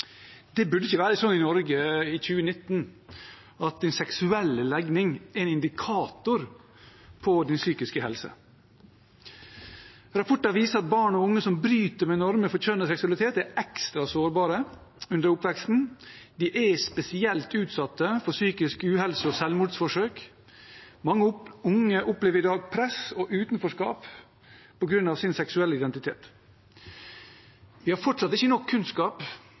Det burde ikke være slik i Norge i 2019 at ens seksuelle legning er en indikator på ens psykiske helse. Rapporter viser at barn og unge som bryter med normene for kjønn og seksualitet, er ekstra sårbare under oppveksten. De er spesielt utsatt for psykisk uhelse og selvmordsforsøk. Mange unge opplever i dag press og utenforskap på grunn av sin seksuelle identitet. Vi har fortsatt ikke nok kunnskap